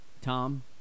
Tom